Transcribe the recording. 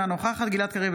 אינה נוכחת גלעד קריב,